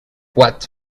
what